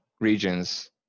regions